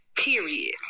Period